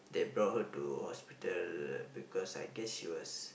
they brought her to hospital because I guess she was